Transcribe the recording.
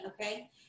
okay